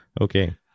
okay